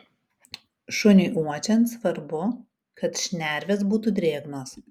šuniui uodžiant svarbu kad šnervės būtų drėgnos